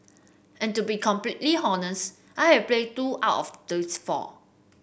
and to be completely honest I have played two out of these four